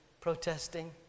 protesting